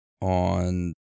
on